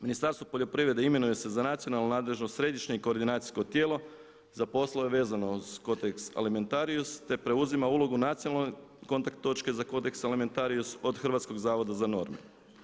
Ministarstvo poljoprivrede imenuje se za nacionalnu nadležnost središnje i koordinacijsko tijelo za poslove vezano uz kodeks alimentarius te preuzima ulogu nacionalne kontakt točke za kodeks alimentarius od Hrvatskog zavoda za norme.